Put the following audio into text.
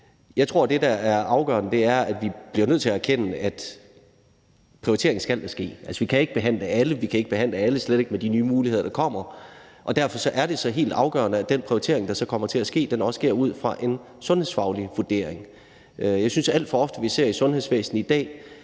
Jeg tror, at det, der er afgørende, er, at vi bliver nødt til at erkende, at der skal ske prioriteringer. Altså, vi kan ikke behandle alle og slet ikke med de nye behandlingsmuligheder, der kommer. Derfor er det helt afgørende, at den prioritering, der så kommer til at ske, også sker ud fra en sundhedsfaglig vurdering. Jeg synes, at vi alt for ofte ser i sundhedsvæsenet i dag,